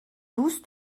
douze